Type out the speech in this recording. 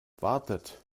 wartet